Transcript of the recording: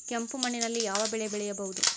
ಕೆಂಪು ಮಣ್ಣಿನಲ್ಲಿ ಯಾವ ಬೆಳೆ ಬೆಳೆಯಬಹುದು?